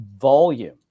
volume